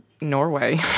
Norway